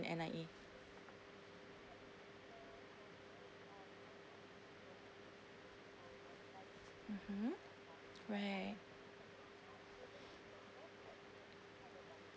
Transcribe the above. in N_I_E mmhmm right